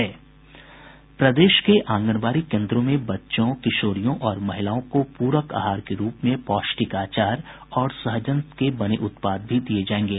प्रदेश के आंगनबाडी केंद्रों में बच्चों किशोरियों और महिलाओं को पूरक आहार के रूप में पौष्टिक आचार और सहजन के बने उत्पाद भी दिये जायेंगे